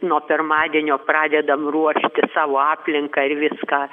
nuo pirmadienio pradedam ruošti savo aplinką ir viską